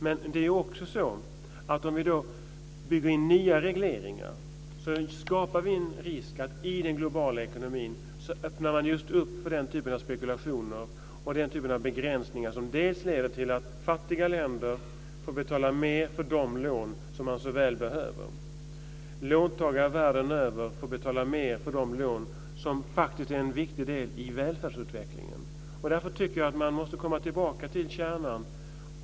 Men om vi bygger in nya regleringar så skapar vi en risk för att man i den globala ekonomin öppnar för den typen av spekulationer och den typen av begränsningar som leder till att fattiga länder får betala mer för de lån som de så väl behöver. Låntagare världen över får betala mer för de lån som faktiskt är en viktig del i välfärdsutvecklingen. Därför tycker jag att man måste komma tillbaka till kärnan.